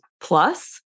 plus